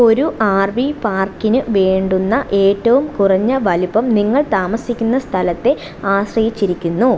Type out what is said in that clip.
ഒരു R V പാർക്കിന് വേണ്ടുന്ന ഏറ്റവും കുറഞ്ഞ വലിപ്പം നിങ്ങൾ താമസിക്കുന്ന സ്ഥലത്തെ ആശ്രയിച്ചിരിക്കുന്നു